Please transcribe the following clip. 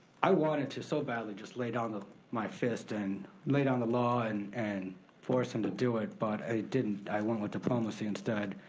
i wanted to so badly just lay down my fist and lay down the law and and force him to do it. but i didn't, i went with diplomacy instead,